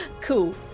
Cool